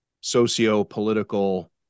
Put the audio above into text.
socio-political